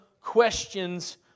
questions